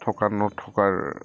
থকা নথকাৰ